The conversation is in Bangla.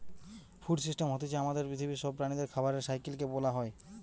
ফুড সিস্টেম হতিছে আমাদের পৃথিবীর সব প্রাণীদের খাবারের সাইকেল কে বোলা হয়